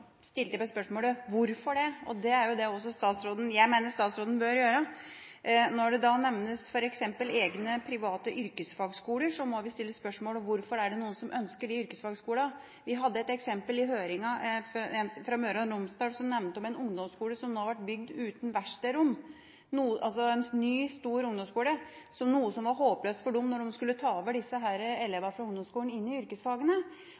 stilte jeg meg spørsmålet: Hvorfor det? Det mener jeg også statsråden bør gjøre. Når det f.eks. nevnes private yrkesfagskoler, må vi stille spørsmålet: Hvorfor er det noen som ønsker de yrkesfagskolene? Et eksempel fra Møre og Romsdal hørte vi om i høringen. En videregående skole var blitt bygd uten verkstedrom. Det var en ny, stor videregående skole. Det var håpløst for dem da de skulle ta over elevene fra ungdomsskolen inn i yrkesfagene.